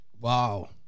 wow